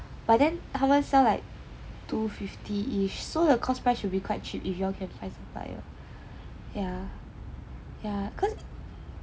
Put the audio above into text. but then 他们 sell like two fifty ish so the cost price should be quite cheap if you can find supplier